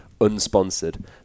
unsponsored